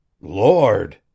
Lord